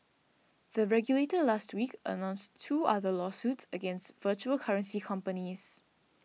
the regulator last week announced two other lawsuits against virtual currency companies